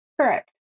Correct